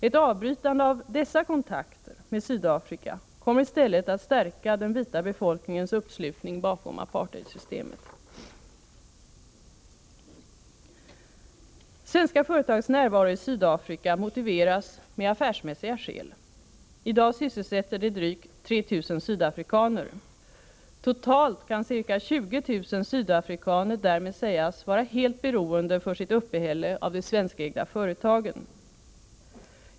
Ett avbrytande av dessa kontakter med Sydafrika kommer att stärka den vita befolkningens uppslutning bakom apartheidsystemet. När det gäller svenska företags närvaro i Sydafrika anförs affärsmässiga skäl. I dag sysselsätter dessa företag drygt 3 000 sydafrikaner. Totalt ca 20 000 sydafrikaner kan därmed sägas vara helt beroende för sitt uppehälle av de svenskägda företagen.